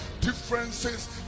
differences